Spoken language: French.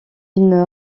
une